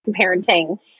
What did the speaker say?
parenting